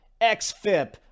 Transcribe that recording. XFIP